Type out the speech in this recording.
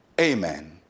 amen